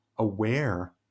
aware